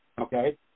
okay